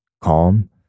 calm